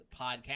podcast